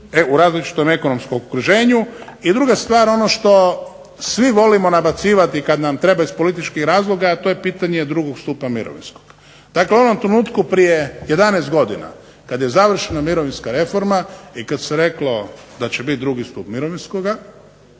u različitom ekonomskom okruženju. I druga stvar ono što svi volimo nabacivati kad nam treba iz političkih razloga, a to je pitanje drugog stupa mirovinskog. Dakle, u onom trenutku prije 11 godina kad je završena mirovinska reforma i kad se reklo da će biti drugi stup mirovinskoga